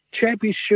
championship